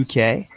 UK